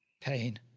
Pain